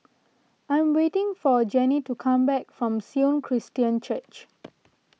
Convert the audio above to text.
I am waiting for Gennie to come back from Sion Christian Church